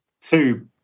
two